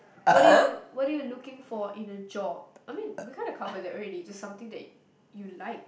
what do you what do you looking in a job I mean we kind of cover that already is just something that you like